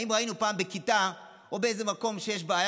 האם ראינו פעם בכיתה או באיזה מקום שיש בעיה